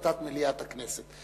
מליאת הכנסת.